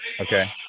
Okay